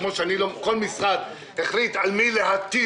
לשדולת הנשים יש 45 ימים להגיד את מה שתגיד.